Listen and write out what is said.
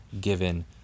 given